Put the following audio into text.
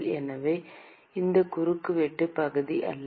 எனவே இது குறுக்கு வெட்டுப் பகுதி அல்ல